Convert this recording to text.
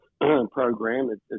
program